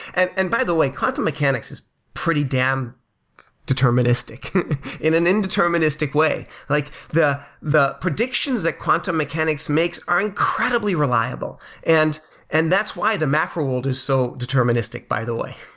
and and by the way, quantum mechanics is pretty damn deterministic in an indeterministic way. like the the predictions that quantum mechanics makes are incredibly reliable and and that's why the macro world is so deterministic, by the way.